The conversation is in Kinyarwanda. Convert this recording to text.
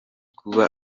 kuba